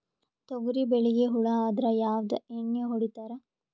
ತೊಗರಿಬೇಳಿಗಿ ಹುಳ ಆದರ ಯಾವದ ಎಣ್ಣಿ ಹೊಡಿತ್ತಾರ?